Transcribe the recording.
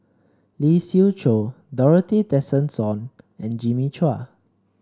Lee Siew Choh Dorothy Tessensohn and Jimmy Chua